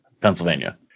Pennsylvania